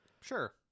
Sure